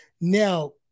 Now